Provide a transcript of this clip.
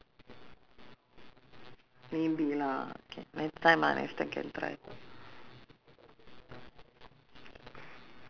hawker cen~ food ah you find out ah next time because every time I hear yishun yishun I'm like I want to try one day okay okay